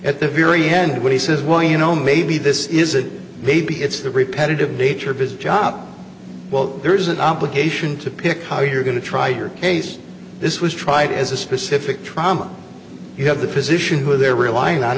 at the very end when he says well you know maybe this is a maybe it's the repetitive nature busy job well there's an obligation to pick how you're going to try your case this was tried as a specific trauma you have the physician who they're relying on